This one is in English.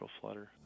flutter